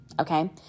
Okay